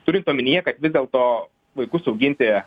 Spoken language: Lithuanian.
turint omenyje kad vis dėlto vaikus auginti